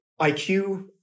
iq